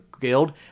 guild